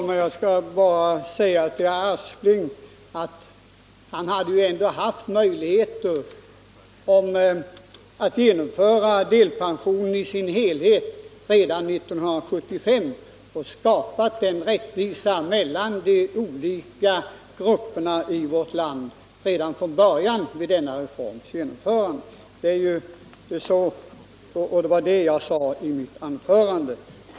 Herr talman! Jag vill säga till herr Aspling att han ändå hade haft möjligheter att genomföra delpensionen i dess helhet redan 1975 och därmed från början skapa rättvisa mellan olika grupper av människor i vårt land. Det var också vad jag sade i mitt anförande.